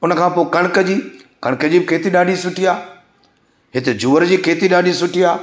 उनखां पोइ कणिक जी कणिक जी बि खेती ॾाढी सुठी आहे हिते जुअर जी खेती ॾाढी सुठी आहे